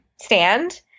stand